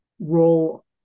role